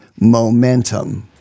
momentum